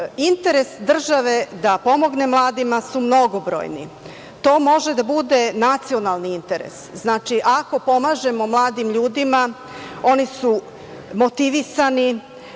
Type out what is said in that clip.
Interes države da pomogne mladima su mnogobrojni. To može da bude nacionalni interes. Znači, ako pomažemo mladim ljudima oni su motivisani.